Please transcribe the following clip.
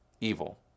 evil